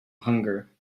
hunger